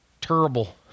Terrible